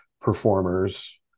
performers